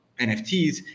NFTs